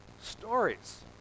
Stories